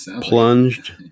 plunged